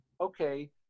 okay